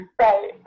right